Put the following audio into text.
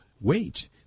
wait